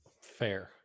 Fair